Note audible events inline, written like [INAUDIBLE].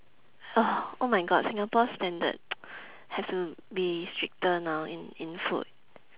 [BREATH] oh my god singapore standard [NOISE] have to be stricter now in in food